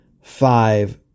Five